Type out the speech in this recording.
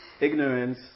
Ignorance